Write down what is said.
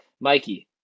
Mikey